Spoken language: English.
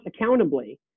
accountably